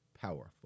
powerful